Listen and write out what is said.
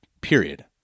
Period